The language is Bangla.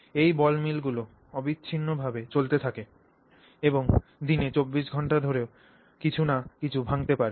এই বল মিলগুলি অবিচ্ছিন্নভাবে চলতে থাকতে পারে এবং দিনে 24 ঘন্টা ধরে কিছু না কিছু ভাঙ্গতে পারে